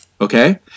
Okay